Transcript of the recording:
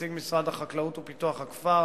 נציג משרד החקלאות ופיתוח הכפר,